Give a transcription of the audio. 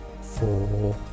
four